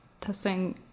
testing